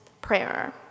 Prayer